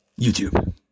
YouTube